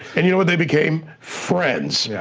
and you know what they became, friends. yeah